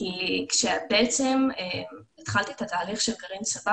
כי כשבעצם התחלתי את התהליך של גרעין צבר